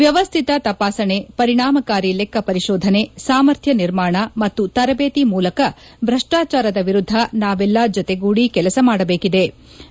ವ್ನವಶ್ಲಿತ ತಪಾಸಣೆ ಪರಿಣಾಮಕಾರಿ ಲೆಕ್ಷ ಪರಿಶೋಧನೆ ಸಾಮರ್ಥ್ನ ನಿರ್ಮಾಣ ಮತ್ತು ತರಬೇತಿ ಮೂಲಕ ಭ್ರಷ್ಲಾಚಾರದ ವಿರುದ್ಲ ನಾವೆಲ್ಲ ಜೊತೆಗೂಡಿ ಕೆಲಸ ಮಾಡಬೇಕೆದೆ